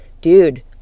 Dude